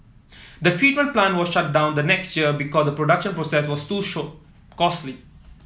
the treatment plant was shut down the next year because the production process was too short costly